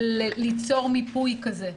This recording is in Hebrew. ליצור מיפוי כזה?